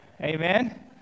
Amen